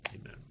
amen